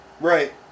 Right